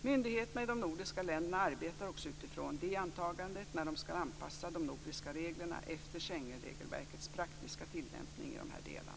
Myndigheterna i de nordiska länderna arbetar också utifrån det antagandet när de skall anpassa de nordiska reglerna efter